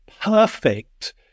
perfect